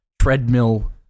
treadmill